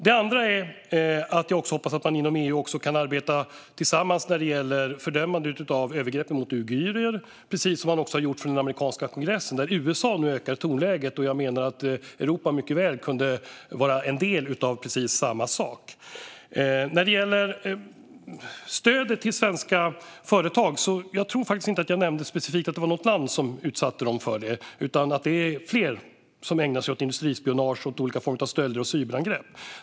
Jag hoppas också att man inom EU kan arbeta tillsammans när det gäller fördömandet av övergreppen mot uigurer, precis som man har gjort från den amerikanska kongressen. USA höjer nu tonläget. Jag menar att Europa mycket väl kan vara en del av precis samma sak. När det gäller stödet till svenska företag tror jag faktiskt inte att jag specifikt nämnde något land som utsatte dem för industrispionage, olika former av stölder och cyberangrepp. Det är flera länder som ägnar sig åt detta.